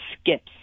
skips